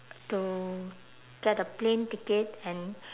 to get a plane ticket and